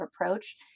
approach